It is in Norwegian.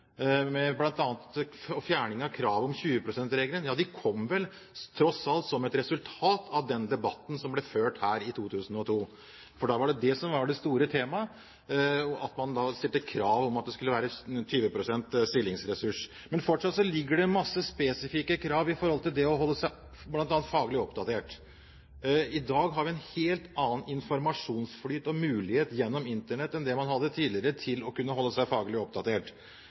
med bl.a. fjerning av kravet om 20 pst.-regelen, kom vel, tross alt, som et resultat av den debatten som ble ført her i 2002, for da var det store temaet det at man stilte krav om at det skulle være 20 pst. stillingsressurs. Men fortsatt ligger det masse spesifikke krav om bl.a. det å holde seg faglig oppdatert. I dag har man en helt annen informasjonsflyt og mulighet gjennom Internett til å kunne holde seg faglig oppdatert enn man hadde tidligere.